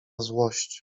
złość